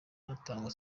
hatangwa